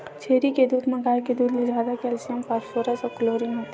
छेरी के दूद म गाय के दूद ले जादा केल्सियम, फास्फोरस अउ क्लोरीन होथे